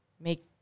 make